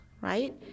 right